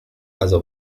غذا